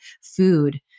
food